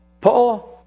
Paul